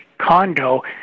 condo